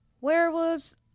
Werewolves